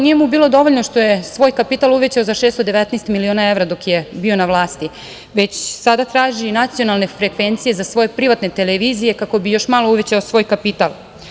Nije mu bilo dovoljno što je svoj kapital uvećao za 619 miliona evra dok je bio na vlasti, već sada traži nacionalne frekvencije za svoje privatne televizije kako bi još malo uvećao svoj kapital.